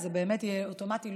זה באמת יהיה אוטומטי,